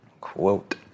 Quote